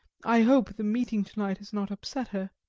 i hope the meeting to-night has not upset her.